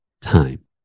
time